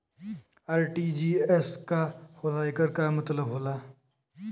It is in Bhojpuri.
आर.टी.जी.एस का होला एकर का मतलब होला?